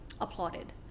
applauded